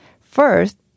First